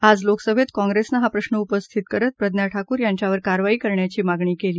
आज लोकसभेत काँग्रेसनं हा प्रश्न उपस्थित करत प्रज्ञा ठाकूर यांच्यावर कारवाई करण्याची मागणी केली